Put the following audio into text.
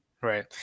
Right